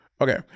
Okay